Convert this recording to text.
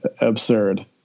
absurd